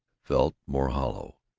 felt more hollow.